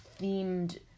themed